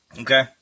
Okay